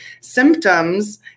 symptoms